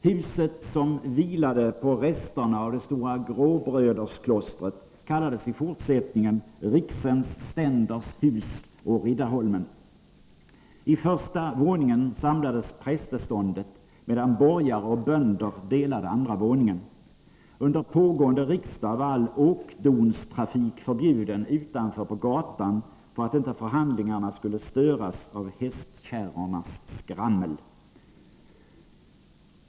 Huset, som vilade på resterna av det stora gråbrödersklostret, kallades i fortsättningen ”riksens ständers hus å Riddarholmen”. I första våningen samlades prästeståndet, medan borgare och bönder delade andra våningen. Under pågående riksdag var all åkdonstrafik på gatan utanför förbjuden för att inte förhandlingarna skulle störas av hästkärrornas skrammel.